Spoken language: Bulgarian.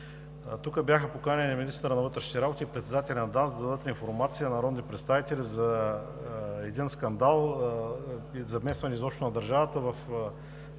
Тук бяха поканени министърът на вътрешните работи и председателят на ДАНС, за да дадат информация на народните представители за един скандал и изобщо замесване на държавата в